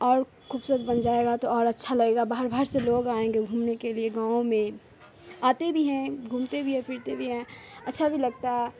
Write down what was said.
اور خوبصورت بن جائے گا تو اور اچھا لگے گا باہر باہر سے لوگ آئیں گے گھومنے کے لیے گاؤں میں آتے بھی ہیں گھومتے بھی ہیں پھرتے بھی ہیں اچھا بھی لگتا ہے